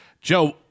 Joe